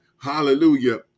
hallelujah